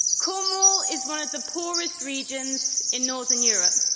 cornwall is one of the poorest regions in northern europe.